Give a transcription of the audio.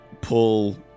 pull